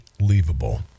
Unbelievable